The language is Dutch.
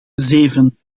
zeven